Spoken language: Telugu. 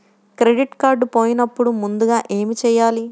క్రెడిట్ కార్డ్ పోయినపుడు ముందుగా ఏమి చేయాలి?